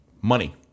Money